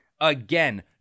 again